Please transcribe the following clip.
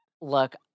look